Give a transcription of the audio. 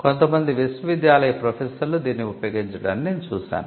కొంతమంది విశ్వవిద్యాలయ ప్రొఫెసర్లు దీనిని ఉపయోగించడాన్ని నేను చూశాను